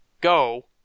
go